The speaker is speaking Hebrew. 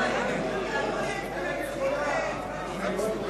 ההצעה להסיר מסדר-היום את הצעת חוק הדיינים (תיקון,